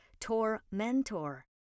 tormentor